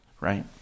right